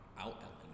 out